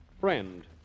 Friend